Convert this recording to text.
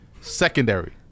Secondary